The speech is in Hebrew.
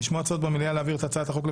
נשמעו הצעות במליאה להעביר את הצעות החוק גם